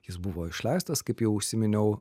jis buvo išleistas kaip jau užsiminiau